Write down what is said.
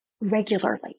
regularly